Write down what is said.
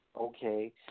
okay